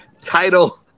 title